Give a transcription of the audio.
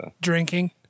drinking